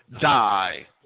die